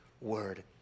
word